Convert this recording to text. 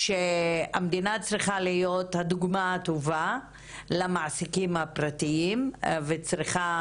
המדינה צריכה להיות הדוגמה הטובה למעסיקים הפרטיים וצריכה